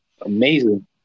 amazing